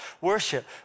worship